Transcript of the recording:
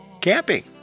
Camping